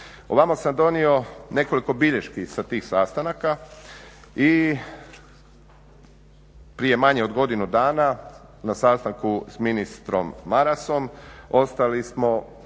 Ovamo sam donio nekoliko bilješki sa tih sastanaka i prije manje od godinu dana na sastanku s ministrom Marasom ostali smo